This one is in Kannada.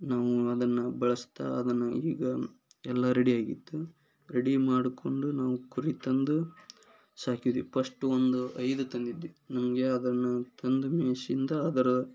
ನಾವು ಅದನ್ನು ಬಳಸ್ತಾ ಅದನ್ನು ಈಗ ಎಲ್ಲ ರೆಡಿಯಾಗಿತ್ತು ರೆಡಿ ಮಾಡಿಕೊಂಡು ನಾವು ಕುರಿ ತಂದು ಸಾಕಿದ್ವಿ ಪಸ್ಟು ಒಂದು ಐದು ತಂದಿದ್ವಿ ನಮಗೆ ಅದನ್ನು ತಂದು ಮೇಸಿಂದ ಅದರ